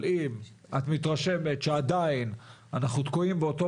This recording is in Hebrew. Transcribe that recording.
אבל אם את מתרשמת שעדיין אנחנו תקועים באותו